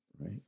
right